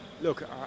Look